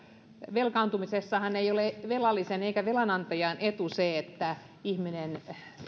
velkaantumisessahan ei ole velallisen eikä velanantajan etu että ihminen